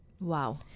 Wow